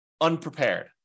unprepared